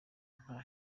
nta